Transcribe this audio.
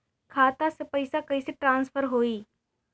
खाता से पैसा कईसे ट्रासर्फर होई?